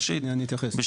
אתייחס,